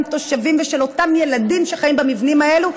התושבים ושל אותם הילדים שחיים במבנים האלה,